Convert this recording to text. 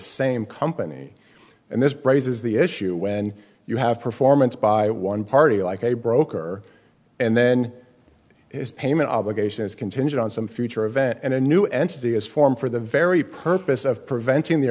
same company and this braises the issue when you have performance by one party like a broker and then payment obligation is contingent on some future event and a new entity is formed for the very purpose of preventing the